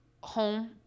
home